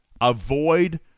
avoid